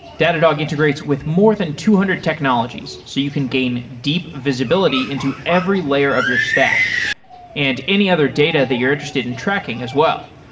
datadog integrates with more than two hundred technologies, so you can gain deep visibility into every layer of your stack and other data that you're interested in tracking as well.